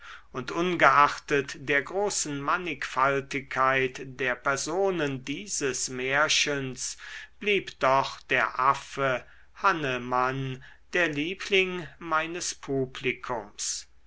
und ungeachtet der großen mannigfaltigkeit der personen dieses märchens blieb doch der affe hannemann der liebling meines publikums